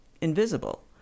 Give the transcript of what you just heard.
invisible